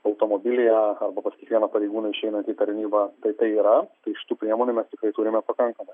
automobilyje arba pas kiekvieną pareigūną išeinant į tarnybą tai tai yra tai šitų priemonių mes tikrai turime pakankamai